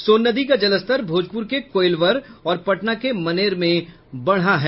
सोन नदी का जलस्तर भोजपुर के कोईलवर और पटना के मनेर में बढ़ा है